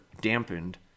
dampened